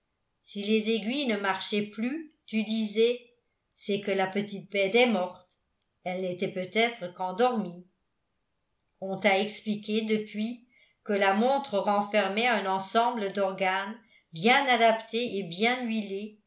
si les aiguilles ne marchaient plus tu disais c'est que la petite bête est morte elle n'était peut-être qu'endormie on t'a expliqué depuis que la montre renfermait un ensemble d'organes bien adaptés et bien huilés